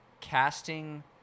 casting